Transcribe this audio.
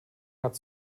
hat